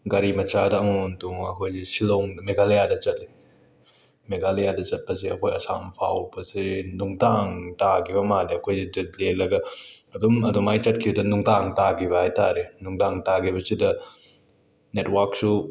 ꯒꯥꯔꯤ ꯃꯆꯥꯗ ꯑꯃꯣꯃꯣꯝ ꯇꯣꯡꯉ ꯑꯈꯣꯏꯒꯤ ꯁꯤꯜꯂꯣꯡ ꯃꯦꯘꯥꯂꯌꯥꯗ ꯆꯠꯂꯦ ꯃꯦꯘꯥꯂꯌꯥꯗ ꯆꯠꯄꯁꯦ ꯑꯩꯈꯣꯏ ꯑꯁꯥꯝ ꯐꯥꯎꯕꯁꯦ ꯅꯨꯡꯗꯥꯡ ꯇꯥꯈꯤꯕ ꯃꯥꯜꯂꯦ ꯑꯩꯈꯣꯏ ꯆ ꯂꯦꯜꯂꯒ ꯑꯗꯨꯝ ꯑꯗꯨꯃꯥꯏ ꯆꯠꯈꯤ ꯅꯨꯡꯗꯥꯡ ꯇꯥꯈꯤꯕ ꯍꯥꯏꯇꯥꯔꯦ ꯅꯨꯡꯗꯥꯡ ꯇꯥꯈꯤꯕꯁꯤꯗ ꯅꯦꯠꯋꯥꯛꯁꯨ